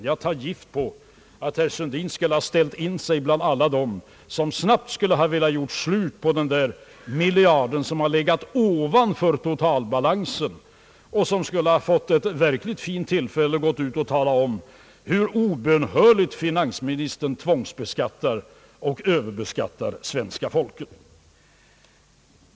Jag tar gift på att herr Sundin skulle ha ställt in sig bland alla dem, som snabbt skulle ha velat göra slut på den miljarden som skulle ha legat ovanför totalbalansen och som skulle ha fått ett verkligt fint tillfälle att gå ut och tala om hur obönhörligt finansministern tvångsbeskattar och överbeskattar svenska folket.